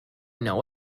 know